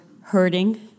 hurting